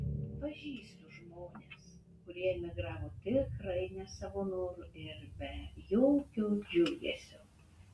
pažįstu žmones kurie emigravo tikrai ne savo noru ir be jokio džiugesio